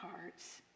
hearts